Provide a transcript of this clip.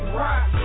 rock